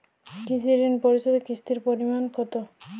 কৃষি ঋণ পরিশোধের কিস্তির পরিমাণ কতো?